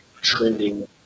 trending